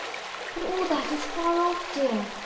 but all that is far off, dear.